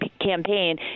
campaign